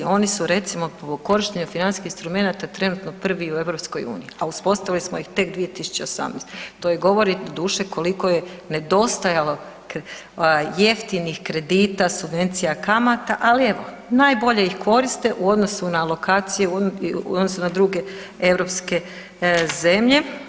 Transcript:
Oni su recimo u korištenju financijskih instrumenata trenutno prvi u EU, a uspostavili smo ih tek 2018., to govori doduše koliko je nedostajalo jeftinih kredita i subvencija kamata, ali evo najbolje ih koriste u odnosu na alokacije u odnosu na druge europske zemlje.